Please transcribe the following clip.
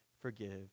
forgive